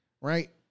right